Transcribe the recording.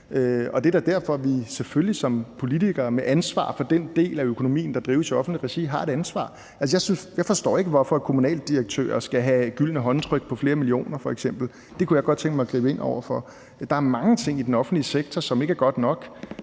om. Det er da derfor, at vi selvfølgelig som politikere med ansvar for den del af økonomien, der drives i offentligt regi, har et ansvar. Altså, jeg forstår ikke, hvorfor kommunaldirektører f.eks. skal have gyldne håndtryk på flere millioner kroner. Det kunne jeg godt tænke mig at gribe ind over for. Der er mange ting i den offentlige sektor, som ikke fungerer godt nok,